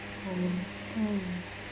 oh mm